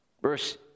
Verse